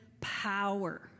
power